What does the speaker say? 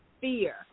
fear